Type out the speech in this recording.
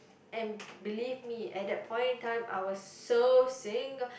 and believe me at that point in time I was so singa~